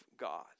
God